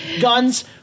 Guns